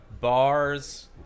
bars